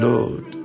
Lord